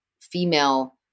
female